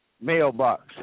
Mailbox